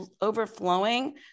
overflowing